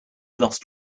lost